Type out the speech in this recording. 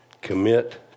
Commit